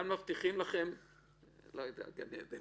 לא יודע על גן עדן.